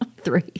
Three